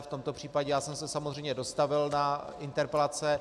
V tomto případě já jsem se samozřejmě dostavil na interpelace.